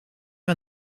een